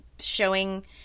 Showing